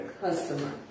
customer